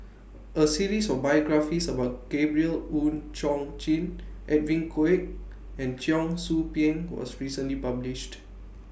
A series of biographies about Gabriel Oon Chong Jin Edwin Koek and Cheong Soo Pieng was recently published